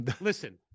Listen